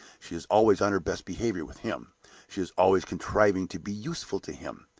she is always on her best behavior with him she is always contriving to be useful to him.